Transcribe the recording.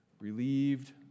relieved